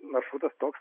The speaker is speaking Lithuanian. maršrutas toks